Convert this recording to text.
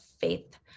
faith